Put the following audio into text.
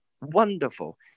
wonderful